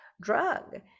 drug